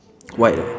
white